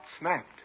snapped